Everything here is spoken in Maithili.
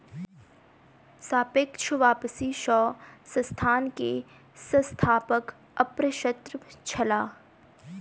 सापेक्ष वापसी सॅ संस्थान के संस्थापक अप्रसन्न छलाह